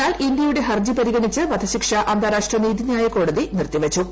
എന്നാൽ ഇന്ത്യയുടെ ഹർജ്ജി പരിഗണിച്ച് വധശിക്ഷ അന്താരാഷ്ട്ര നീതിന്യായ കോടതി നിർത്തിവച്ചു